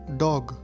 dog